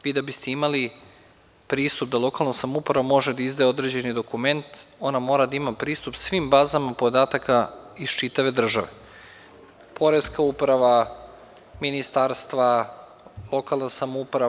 Vi da biste imali pristup da lokalna samouprava može da izda određeni dokument, ona mora da ima pristup svim bazama podataka iz čitave države, poreska uprava, ministarstva, lokalna samouprava.